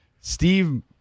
steve